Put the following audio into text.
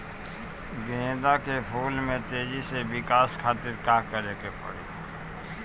गेंदा के फूल में तेजी से विकास खातिर का करे के पड़ी?